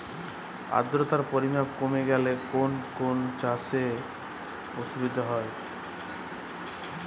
আদ্রতার পরিমাণ কমে গেলে কোন কোন চাষে অসুবিধে হবে?